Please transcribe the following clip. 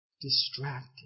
distracted